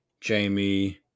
Jamie